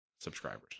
subscribers